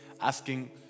asking